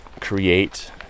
create